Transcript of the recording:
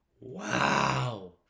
Wow